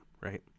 right